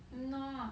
I'm not